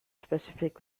specific